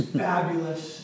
fabulous